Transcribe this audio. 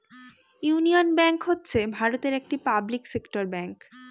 union bank হচ্ছে ভারতের একটি পাবলিক সেক্টর ব্যাঙ্ক